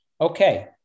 Okay